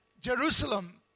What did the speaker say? Jerusalem